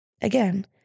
Again